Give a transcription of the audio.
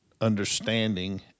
understanding